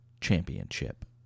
Championship